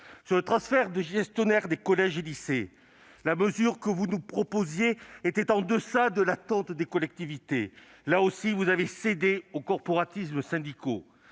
Sur le transfert des gestionnaires des collèges et lycées, la mesure que vous nous proposiez était en deçà de l'attente des collectivités. Là aussi, vous avez cédé aux corporatismes syndicaux.